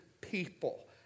people